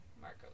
Marco